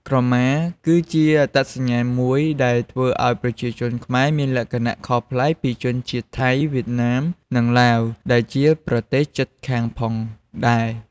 ក្រមាគឺជាអត្តសញ្ញាណមួយដែលធ្វើឱ្យប្រជាជនខ្មែរមានលក្ខណៈខុសប្លែកពីជនជាតិថៃ វៀតណាម និងឡាវដែលជាប្រទេសជិតខាងផងដែរ។